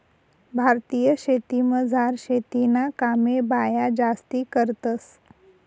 भारतीय शेतीमझार शेतीना कामे बाया जास्ती करतंस